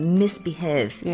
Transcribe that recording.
misbehave